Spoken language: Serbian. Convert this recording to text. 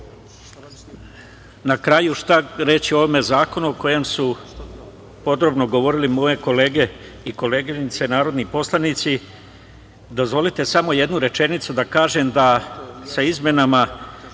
na kraju šta reći o ovom zakonu o kojem su podrobno govorile moje kolege i koleginice narodni poslanici. Dozvolite samo jednu rečenicu da kažem da sa izmenama